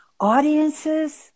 Audiences